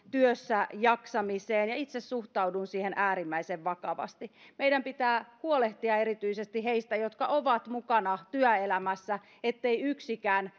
työssäjaksamiseen ja itse suhtaudun siihen äärimmäisen vakavasti meidän pitää huolehtia erityisesti heistä jotka ovat mukana työelämässä niin ettei yksikään